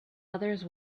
others